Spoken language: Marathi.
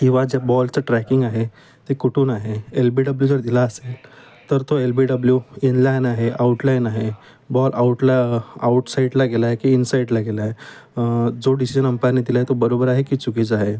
किंवा ज्या बॉलचं ट्रॅकिंग आहे ते कुठून आहे एलबीडब्ल्यू जर दिला असेल तर तो एलबीडब्ल्यू इनलाईन आहे आउटलाईन आहे बॉल आऊटला आउट साईडला गेलाय की इनसाईडला गेलाय जो डिसीजन अंपानी दिलाय तो बरोबर आहे की चुकीचा आहे